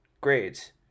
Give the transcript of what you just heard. Grades